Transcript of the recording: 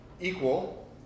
equal